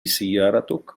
سيارتك